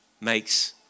makes